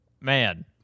man